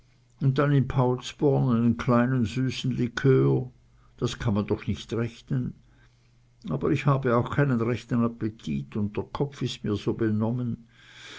und dann in paulsborn einen kleinen süßen likör das kann man doch nicht rechnen aber ich habe auch keinen rechten appetit und der kopf ist mir so benommen